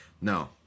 No